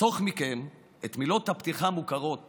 אחסוך מכם את מילות הפתיחה המוכרות